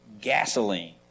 gasoline